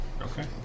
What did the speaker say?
Okay